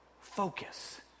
focus